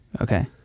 Okay